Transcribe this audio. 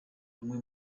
bamwe